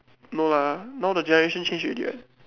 no lah now the generation change already what